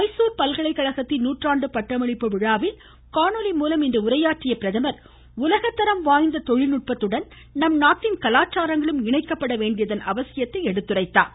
மைசூர் பல்கலைக் கழகத்தின் நூற்றாண்டு பட்டமளிப்பு விழாவில் காணொலி மூலம் இன்று உரையாற்றிய பிரதமர் உலகத்தரம் வாய்ந்த தொழில் நுட்பத்துடன் நம்நாட்டின் கலாச்சாரங்களும் இணைக்கப்பட வேண்டியதன் அவசியத்தையும் எடுத்துரைத்தார்